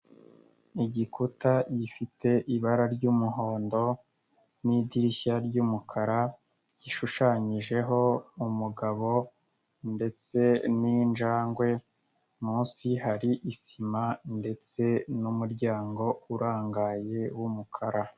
Igikuta gifite ibara ry'umuhondo n'idirishya ry'umukara, gishushanyijeho umugabo ndetse n'injangwe munsi hari isima ndetse n'umuryango urangaye w'umukara.